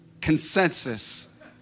consensus